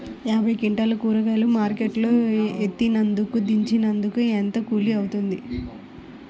యాభై క్వింటాలు కూరగాయలు మార్కెట్ లో ఎత్తినందుకు, దించినందుకు ఏంత కూలి అవుతుంది?